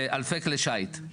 ואלפי כלי שיט,